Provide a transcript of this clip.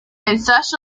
ensayos